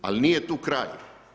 Al, nije tu kraj.